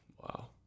Wow